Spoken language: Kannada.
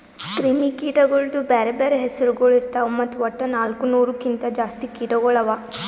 ಕ್ರಿಮಿ ಕೀಟಗೊಳ್ದು ಬ್ಯಾರೆ ಬ್ಯಾರೆ ಹೆಸುರಗೊಳ್ ಇರ್ತಾವ್ ಮತ್ತ ವಟ್ಟ ನಾಲ್ಕು ನೂರು ಕಿಂತ್ ಜಾಸ್ತಿ ಕೀಟಗೊಳ್ ಅವಾ